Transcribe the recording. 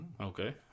Okay